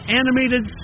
animated